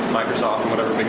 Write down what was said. microsoft and whatever big